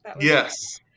Yes